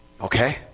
Okay